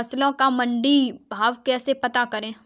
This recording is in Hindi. फसलों का मंडी भाव कैसे पता करें?